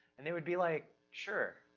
and they would be like, sure.